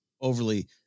overly